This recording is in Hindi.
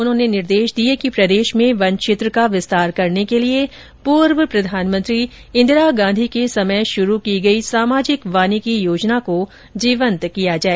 उन्होंने निर्देश दिए कि प्रदेश में वन क्षेत्र का विस्तार करने के लिए पूर्व प्रधानमंत्री इंदिरा गांधी के समय शुरू की गई सामाजिक वानिकी योजना को जीवन्त किया जाए